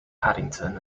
paddington